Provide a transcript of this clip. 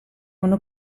una